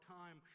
time